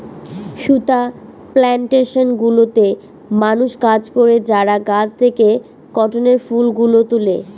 সুতা প্লানটেশন গুলোতে মানুষ কাজ করে যারা গাছ থেকে কটনের ফুল গুলো তুলে